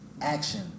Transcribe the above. action